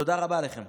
תודה רבה לכם.